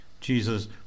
Jesus